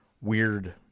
weird